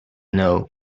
know